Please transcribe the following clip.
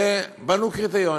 ובנו קריטריונים.